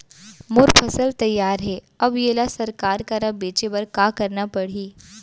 मोर फसल तैयार हे अब येला सरकार करा बेचे बर का करना पड़ही?